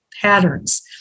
patterns